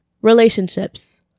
relationships